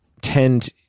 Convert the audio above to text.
tend